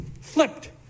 flipped